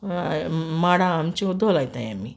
माडां आमचे उदो लायताय आमी